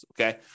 okay